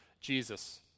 Jesus